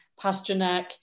Pasternak